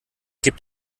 gibt